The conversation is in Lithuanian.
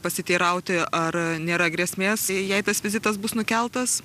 pasiteirauti ar nėra grėsmės jei tas vizitas bus nukeltas